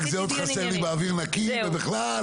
רק זה עוד חסר לי באוויר נקי ובכלל.